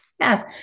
Yes